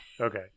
Okay